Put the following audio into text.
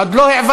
עוד לא העברנו.